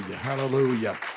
Hallelujah